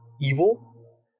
evil